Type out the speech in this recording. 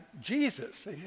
Jesus